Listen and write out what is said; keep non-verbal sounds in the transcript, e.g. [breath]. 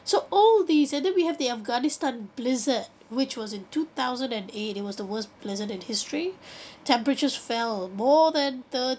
so all these and then we have the afghanistan blizzard which was in two thousand and eight it was the worst blizzard in history [breath] temperatures fell more than thirty